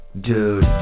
Dude